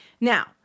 Now